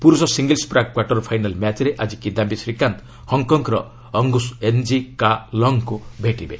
ପୁରୁଷ ସିଙ୍ଗଲ୍ସ୍ ପ୍ରାକ୍ quarter final ମ୍ୟାଚ୍ରେ ଆଜି କିଦାୟୀ ଶ୍ରୀକାନ୍ତ ହଙ୍ଗ୍କଙ୍ଗ୍ର ଅଙ୍ଗୁଷ୍ ଏନ୍ଜି କା ଲଙ୍ଗ୍ଙ୍କୁ ଭେଟିବେ